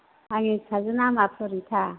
आंनि फिसाजोना नामा फरिता